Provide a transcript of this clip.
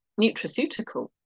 nutraceutical